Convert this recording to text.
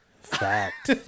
Fact